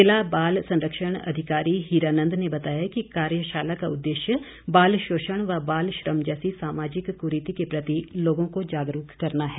जिला बाल संरक्षण अधिकारी हीरानंद ने बताया कि कार्यशाला का उददेश्य बाल शोषण व बाल श्रम जैसी सामाजिक क्रीति के प्रति लोगों को जागरूक करना है